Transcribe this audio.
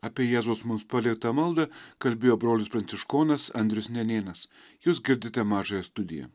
apie jėzaus mums paliktą maldą kalbėjo brolis pranciškonas andrius nenėnas jūs girdite mažąją studiją